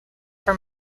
for